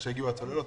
איך שיגיעו הצוללות,